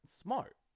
smart